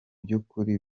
by’ukuri